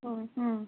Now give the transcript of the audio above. হুম হুম